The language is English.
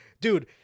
dude